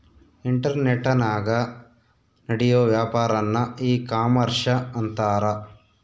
ಇಂಟರ್ನೆಟನಾಗ ನಡಿಯೋ ವ್ಯಾಪಾರನ್ನ ಈ ಕಾಮರ್ಷ ಅಂತಾರ